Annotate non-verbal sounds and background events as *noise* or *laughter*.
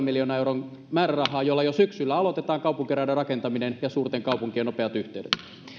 *unintelligible* miljoonan euron määrärahaa jolla jo syksyllä aloitetaan kaupunkiradan rakentaminen ja suurten kaupunkien nopeat yhteydet